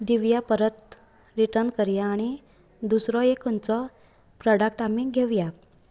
दिवया परत रिटर्न करया आमी आनी दुसरो खंयचो एक प्रोडक्ट आमी घेवया